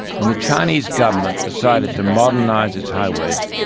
when the chinese government decided to modernise its highways,